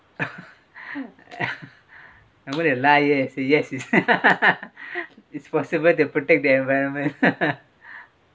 I'm gonna lie say yes it's possible to protect the environment